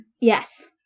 yes